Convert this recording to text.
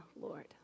Lord